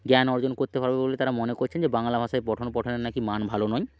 জ্ঞান অর্জন করতে পারবে বলে তারা মনে করছেন যে বাংলা ভাষায় পঠন পাঠনের নাকি মান ভালো নয়